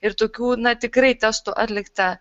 ir tokių na tikrai testų atlikta